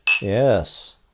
Yes